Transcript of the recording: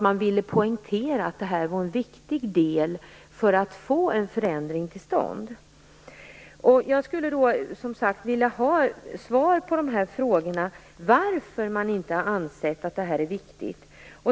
Man ville poängtera att det var en viktigt del för att få en förändring till stånd. Jag skulle vilja ha svar på frågorna. Varför har man inte ansett att detta är viktigt?